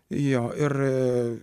jo ir